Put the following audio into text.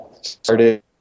started